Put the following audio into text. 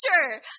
sure